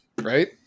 right